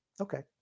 Okay